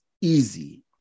easy